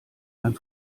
beim